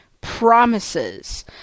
promises